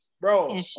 Bro